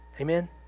Amen